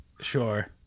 Sure